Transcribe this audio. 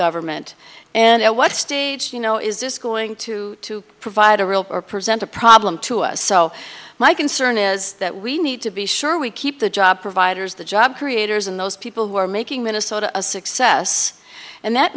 government and what you know is this going to provide a real or present a problem to us so my concern is that we need to be sure we keep the job providers the job creators and those people who are making minnesota a success and that